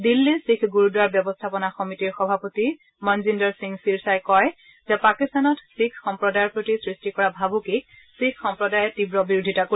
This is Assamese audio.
দিল্লী শিখ গুৰুদ্বাৰ ব্যৱস্থাপনা সমিতিৰ সভাপতি মনজিন্দৰ সিং ছিৰছাই কয় যে পাকিস্তানত শিখ সম্প্ৰদায়ৰ প্ৰতি সৃষ্টি কৰা ভাবুকিক শিখ সম্প্ৰদায়ে তীৱ বিৰোধিতা কৰিব